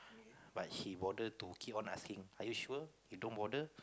but he bother to keep on asking are you sure you don't bother